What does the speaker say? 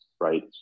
right